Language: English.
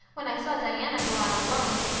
when i saw diana go out alone,